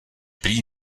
prý